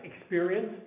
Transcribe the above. experience